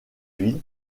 ville